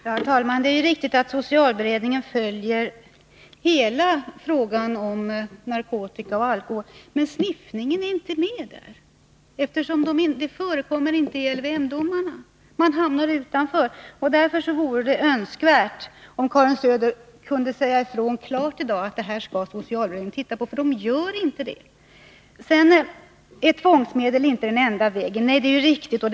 Herr talman! Det är riktigt att socialberedningen följer hela frågan om narkotika och alkohol. Men sniffningen är inte med där, eftersom sådana fall inte förekommer i LYM-domarna. De hamnar utanför. Därför vore det önskvärt om Karin Söder i dag kunde klart säga ifrån att detta skall socialberedningen titta på. Man gör inte det nu. Tvångsmedel är inte den enda vägen, säger Karin Söder. Nej, det är riktigt.